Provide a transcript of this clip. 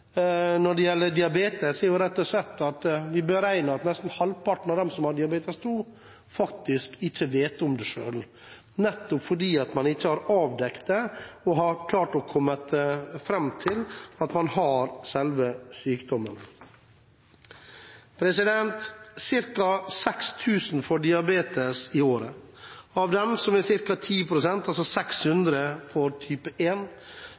når det gjelder diabetes, er rett og slett at det er beregnet at nesten halvparten av dem som har type 2-diabetes, ikke vet om det selv – man har ikke avdekket eller klart å komme fram til at man har selve sykdommen. Cirka 6 000 får diabetes i året. Av dem får ca. 10 pst., altså 600, type